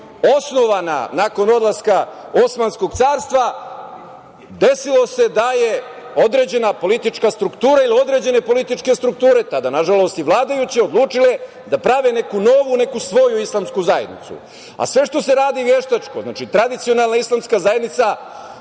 osnovana nakon odlaska Osmanskog carstva, desilo se da je određena politička struktura ili određene političke strukture, tada nažalost i vladajuće, odlučile da prave neku novu, neku svoju Islamsku zajednicu. Sve što se radi veštačko, znači tradicionalna Islamska zajednica,